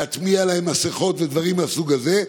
להטמיע בהם ענייני מסכות ודברים מהסוג הזה.